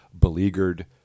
beleaguered